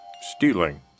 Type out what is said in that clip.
stealing